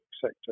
sector